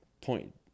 point